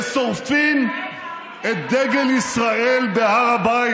ושורפים את דגל ישראל בהר הבית.